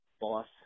boss